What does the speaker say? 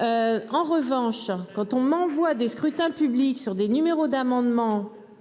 En revanche, quand on m'envoie des scrutins publics sur des numéros d'amendements